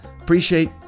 Appreciate